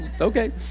okay